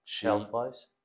Health-wise